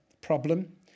problem